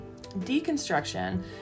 Deconstruction